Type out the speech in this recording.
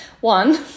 One